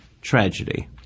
tragedy